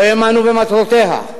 לא האמנו במטרותיה,